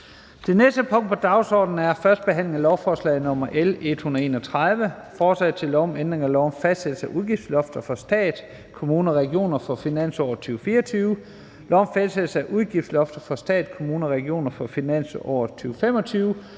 Det næste punkt på dagsordenen er: 4) 1. behandling af lovforslag nr. L 131: Forslag til lov om ændring af lov om fastsættelse af udgiftslofter for stat, kommuner og regioner for finansåret 2024, lov om fastsættelse af udgiftslofter for stat, kommuner og regioner for finansåret 2025